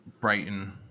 Brighton